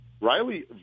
Riley